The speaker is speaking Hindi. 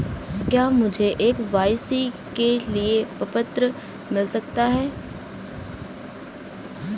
क्या मुझे के.वाई.सी के लिए प्रपत्र मिल सकता है?